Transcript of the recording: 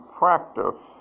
practice